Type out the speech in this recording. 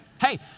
Hey